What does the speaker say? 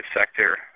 sector